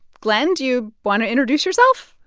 glenn, do you want to introduce yourself?